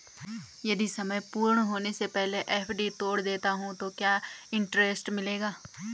अगर समय पूर्ण होने से पहले एफ.डी तोड़ देता हूँ तो क्या इंट्रेस्ट मिलेगा?